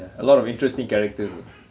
ya a lot of interesting character ya